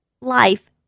life